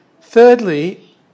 Thirdly